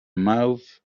mouth